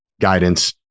guidance